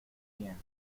bien